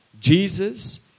Jesus